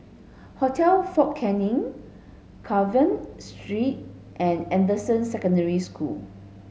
Hotel Fort Canning Carver Street and Anderson Secondary School